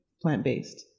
plant-based